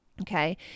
Okay